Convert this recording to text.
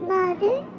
Mother